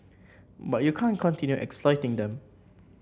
but you can't continue exploiting them